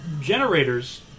generators